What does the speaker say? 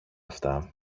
αυτά